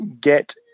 get